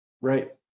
Right